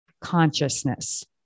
consciousness